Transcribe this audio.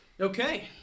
Okay